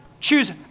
choose